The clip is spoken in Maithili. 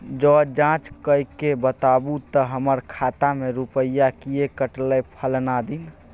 ज जॉंच कअ के बताबू त हमर खाता से रुपिया किये कटले फलना दिन?